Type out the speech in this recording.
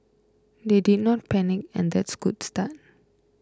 they did not panic and that's good start